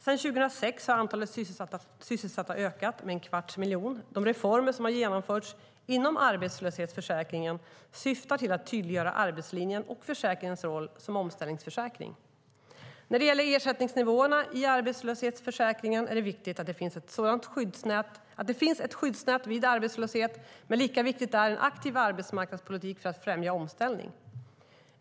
Sedan 2006 har antalet sysselsatta ökat med en kvarts miljon. De reformer som har genomförts inom arbetslöshetsförsäkringen syftar till att tydliggöra arbetslinjen och försäkringens roll som omställningsförsäkring. När det gäller ersättningsnivåerna i arbetslöshetsförsäkringen är det viktigt att det finns ett skyddsnät vid arbetslöshet, men lika viktigt är en aktiv arbetsmarknadspolitik för att främja omställning.